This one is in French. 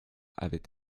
avait